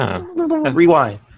Rewind